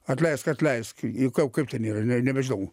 atleisk atleisk i kau kaip ten yra nebežinau